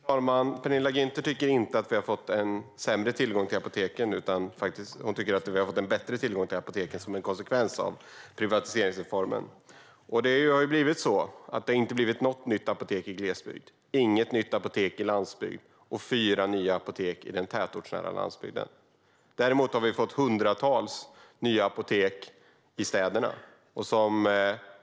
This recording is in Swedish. Fru talman! Penilla Gunther tycker inte att vi har fått sämre tillgång till apoteken, utan hon tycker att vi har fått bättre tillgång till apoteken som en konsekvens av privatiseringsreformen. Det har inte blivit något nytt apotek i glesbygd. Det har inte blivit något nytt apotek i landsbygd. Det har blivit fyra nya apotek i den tätortsnära landsbygden. Däremot har vi fått hundratals nya apotek i städerna.